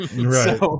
Right